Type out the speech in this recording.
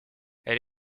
elle